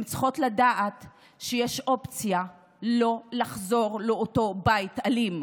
הן צריכות לדעת שיש אופציה לא לחזור לאותו בית אלים,